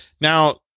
Now